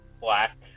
black